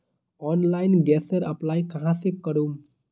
Online गैसेर apply कहाँ से करूम?